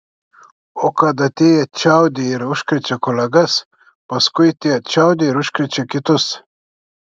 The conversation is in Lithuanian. o kad atėję čiaudi ir užkrečia kolegas paskui tie čiaudi ir užkrečia kitus